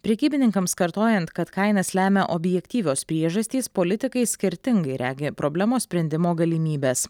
prekybininkams kartojant kad kainas lemia objektyvios priežastys politikai skirtingai regi problemos sprendimo galimybes